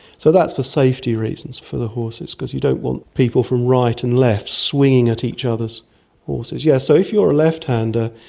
so that's for safety reasons for the because you don't want people from right and left swinging at each other's horses. yeah so if you are a left-hander,